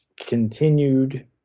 continued